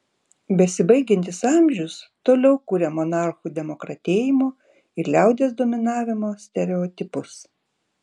besibaigiantis amžius toliau kuria monarchų demokratėjimo ir liaudies dominavimo stereotipus